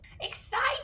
Exciting